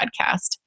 podcast